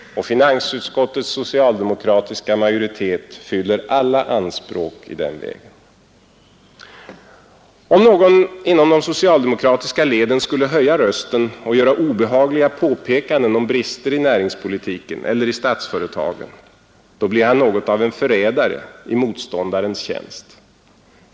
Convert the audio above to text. Finansutskottets socialdemokratiska majoritet fyller alla anspråk i den vägen. Om någon inom de socialdemokratiska leden skulle höja rösten och göra obehagliga påpekanden om brister i näringspolitiken eller i statsföretagen — då bli han något av en förrädare, i motståndarens tjänst.